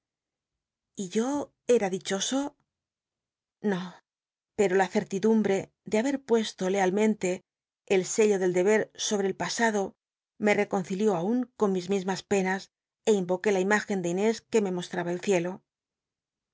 y yo cm dichoso no pero la certidumbre de haber puesto lealmente el sello del deber sobre el pasado me reconcilió aun con mis mismas penas é in'oqué la im igcn de inés que me mostraba el ciclo